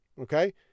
okay